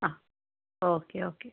ആ okay okay